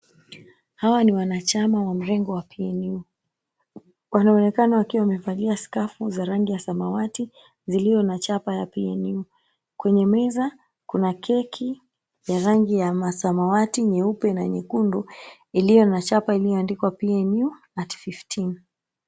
Hawa ni wanachama wa mrengo wa PNU. Wanaonekana wakiwa wamevalia skafu za rangi ya samawati zilio na chapa ya PNU. Kwenye meza kuna keki ya rangi ya samawati, nyeupe na nyekundu iliyo na chapa iliyoandikwa PNU @ 15.